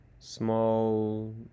small